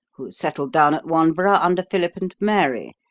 who settled down at wanborough under philip and mary,